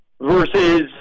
versus